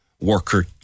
worker